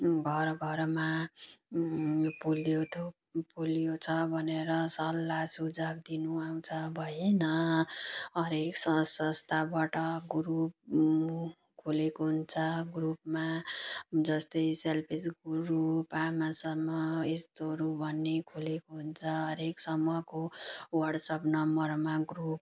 घर घरमा पोलियो थोप पोलियो छ भनेर सल्लाह सुझाउ दिनु आउँछ भएन हरेक सङ्घ संस्थाबट ग्रुप खोलेको हुन्छ ग्रुपमा जस्तै सेल्फहेल्प ग्रुप आमा समूह यस्तोहरू भन्ने खोलेको हुन्छ हरेक समूहको ह्वाट्सएप नम्बरमा ग्रुप